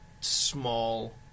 small